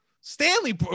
Stanley